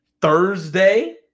Thursday